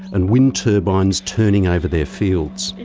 and wind turbines turning over their fields.